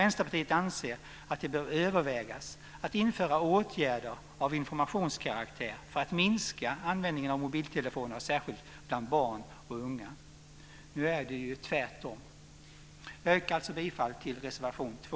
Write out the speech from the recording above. Vänsterpartiet anser att det bör övervägas ett införande av åtgärder av informationskaraktär för att minska användningen av mobiltelefoner, särskilt bland barn och unga. Nu är det ju tvärtom. Jag yrkar bifall till reservation 2.